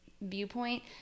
viewpoint